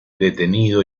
detenido